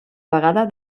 vegada